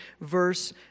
verse